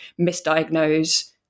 misdiagnose